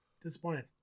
Disappointed